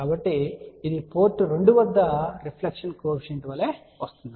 కాబట్టి ఇది పోర్ట్ 2 వద్ద రిఫ్లెక్షన్ కోఎఫిషియంట్ వలె ఉంటుంది